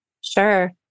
Sure